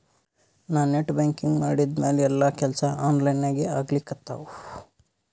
ನಾ net banking ಮಾಡಿದ್ಮ್ಯಾಲ ಎಲ್ಲಾ ಕೆಲ್ಸಾ ಆನ್ಲೈನಾಗೇ ಆಗ್ಲಿಕತ್ತಾವ